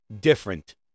different